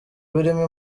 birimo